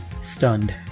Stunned